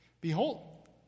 Behold